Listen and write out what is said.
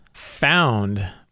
Found